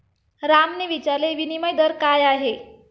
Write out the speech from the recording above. रामने विचारले, विनिमय दर काय आहे?